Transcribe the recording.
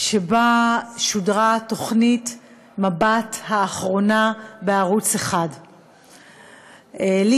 שבה שודרה תוכנית מבט האחרונה בערוץ 1. לי